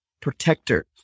protector